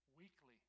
weekly